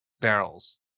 barrels